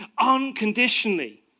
unconditionally